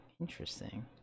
Interesting